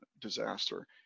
disaster